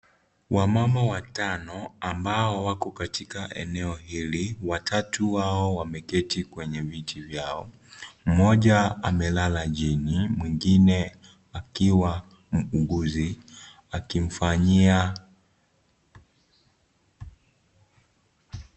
Wamama watano ambao wako katika eneo hili watatu wao wameketi kwenye viti vyao. Mmoja amelala jini mwingine akiwa muuguzi akimfanyia.